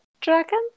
dragon